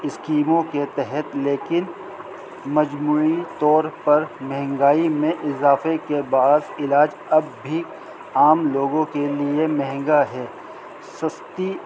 اسکیموں کے تحت لیکن مجموعی طور پر مہنگائی میں اضافے کے بع علاج اب بھی عام لوگوں کے لیے مہنگا ہے سستی